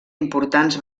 importants